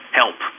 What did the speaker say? help